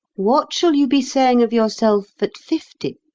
what shall you be saying of yourself at fifty?